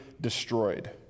destroyed